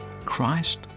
Christ